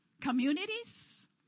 communities